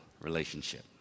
relationship